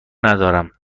ندارم